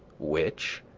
which,